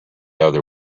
other